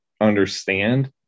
understand